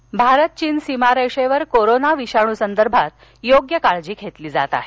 corona Bharat चीन सीमा रेषेवर कोरोना विषाणूसंदर्भात योग्य काळजी घेतली जात आहे